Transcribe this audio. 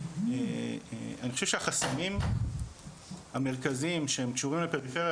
אני חושב שהחסמים המרכזיים שהם קשורים לפריפריה